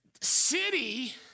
city